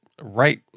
right